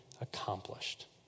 accomplished